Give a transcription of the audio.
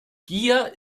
gier